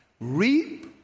reap